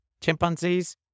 chimpanzees